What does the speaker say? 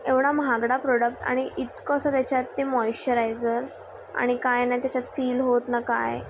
एवढा महागडा प्रोडक्ट आणि इतकं असं त्याच्यात ते मॉइश्चरायजर आणि काय नाय त्याच्यात फील होत न काय